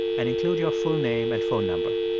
and include your full name and phone number.